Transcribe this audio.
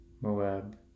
Moab